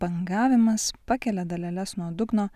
bangavimas pakelia daleles nuo dugno